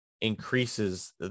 increases